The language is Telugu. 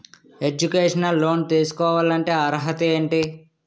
ఎడ్యుకేషనల్ లోన్ తీసుకోవాలంటే అర్హత ఏంటి?